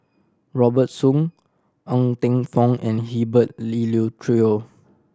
Robert Soon Ng Teng Fong and Herbert Eleuterio